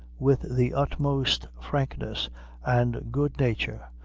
with the utmost frankness and good nature.